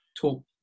talk